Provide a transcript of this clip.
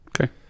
Okay